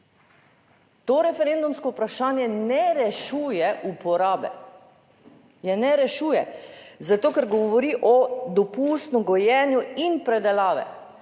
To referendumsko vprašanje ne rešuje uporabe, je ne rešuje zato, ker govori o dopustno gojenju in predelave.